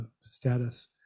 status